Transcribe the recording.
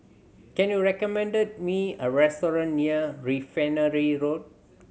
can you recommended me a restaurant near Refinery Road